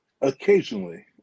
Occasionally